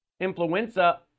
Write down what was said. influenza